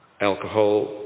Alcohol